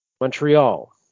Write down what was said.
Montreal